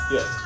Yes